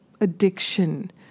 addiction